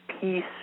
peace